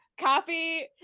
Copy